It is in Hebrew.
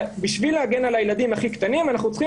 בשביל להגן על הילדים הכי קטנים אנחנו צריכים